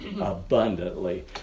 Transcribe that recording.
abundantly